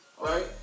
right